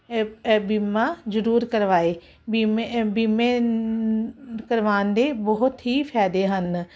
ਬੀਮਾ ਜਰੂਰ ਕਰਵਾਏ ਬੀਮੇ ਬੀਮੇ ਕਰਵਾਣ ਦੇ ਬਹੁਤ ਹੀ ਫਾਇਦੇ ਹਨ